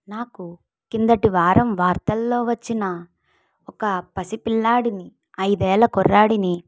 నాకు క్రిందటి వారం వార్తల్లో వచ్చిన ఒక పసి పిల్లాడిని ఐదేళ్ళ కుర్రాడిని